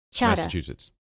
Massachusetts